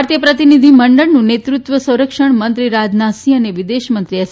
ભારતીય પ્રતિનિધિમંડળનું નેતૃત્વ સંરક્ષણમંત્રી રાજનાથસિંહ અને વિદેશમંત્રી એસ